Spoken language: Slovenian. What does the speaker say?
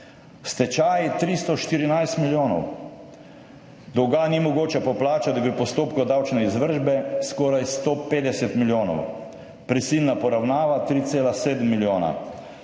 stečaji 314 milijonov, dolga ni mogoče poplačati v postopku davčne izvršbe, skoraj 150 milijonov, prisilna poravnava 3,7 milijona,